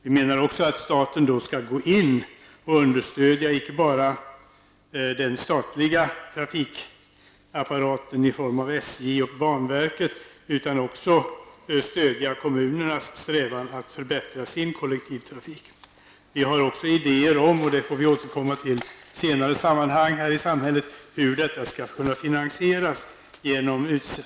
Vi anser också att staten skall understödja inte bara den statliga trafikapparaten i form av SJ och banverket utan också kommunernas strävan att förbättra sin kollektivtrafik. Vi har även idéer om hur detta skall kunna finansieras, t.ex. genom utförsäljning av annan statlig egendom.